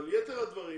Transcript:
אבל יתר הדברים